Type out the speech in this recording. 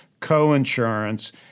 co-insurance